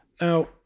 Now